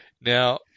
Now